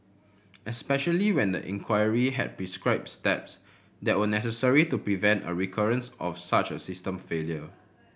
especially when the inquiry had prescribed steps that were necessary to prevent a recurrence of such a system failure